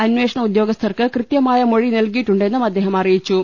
അന്വേഷണ ഉദ്യോ ഗസ്ഥർക്ക് കൃത്യമായ മൊഴി നൽകിയിട്ടുണ്ടെന്നും അദ്ദേഹം അറിയിച്ചു